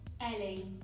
Ellie